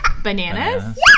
Bananas